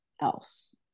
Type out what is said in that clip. else